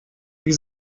wie